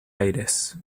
aires